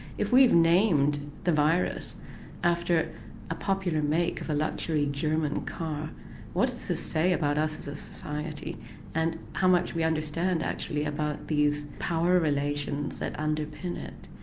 if we've named the virus after a popular make of a luxury german car what does that say about us as a society and how much we understand actually about these power relations that underpin it.